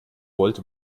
wollt